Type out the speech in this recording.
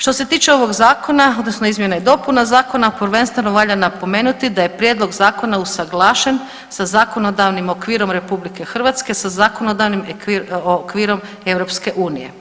Što se tiče ovog Zakona, odnosno izmjena i dopuna zakona, prvenstveno valja napomenuti da je Prijedlog zakona usaglašen sa zakonodavnim okvirom RH sa zakonodavnim okvirom EU.